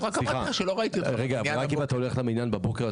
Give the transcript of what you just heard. רק אם אתה הולך למניין בבוקר,